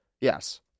Yes